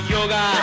Yoga